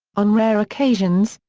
on rare occasions,